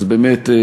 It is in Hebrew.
אז באמת,